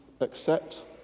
accept